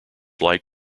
light